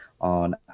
on